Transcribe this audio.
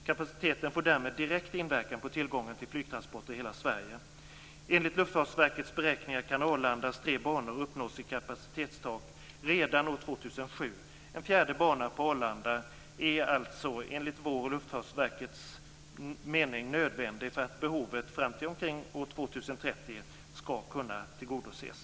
Kapaciteten får därmed direkt inverkan på tillgången till flygtransporter i hela Sverige. Enligt Luftfartsverkets beräkningar kan Arlandas tre banor uppnå sitt kapacitetstak redan år 2007. En fjärde bana på Arlanda är alltså enligt vår och Luftfartsverkets mening nödvändig för att behoven fram till omkring år 2030 skall kunna tillgodoses.